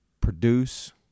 produce